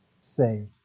saved